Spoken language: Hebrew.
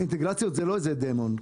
אינטגרציות זה לא איזה דמון.